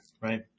right